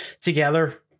Together